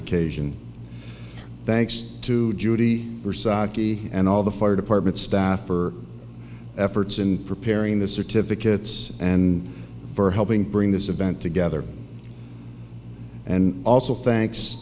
occasion thanks to judy versace and all the fire department staffer efforts in preparing the certificates and for helping bring this event together and also thanks